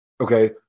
okay